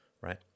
right